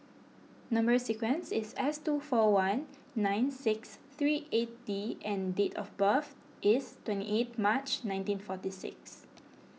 Number Sequence is S two four one nine six three eight D and date of birth is twenty eighth March nineteen forty six